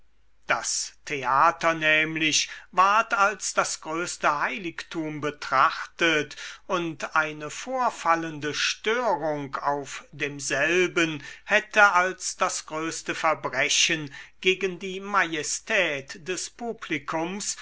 das theater nämlich ward als das größte heiligtum betrachtet und eine vorfallende störung auf demselben hätte als das größte verbrechen gegen die majestät des publikums